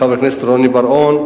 חבר הכנסת רוני בר-און,